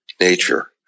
nature